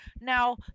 Now